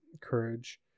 courage